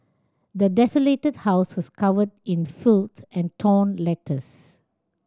the desolated house was covered in filth and torn letters